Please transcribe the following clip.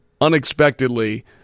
unexpectedly